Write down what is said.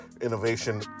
innovation